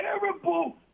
terrible